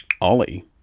Ollie